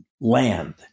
land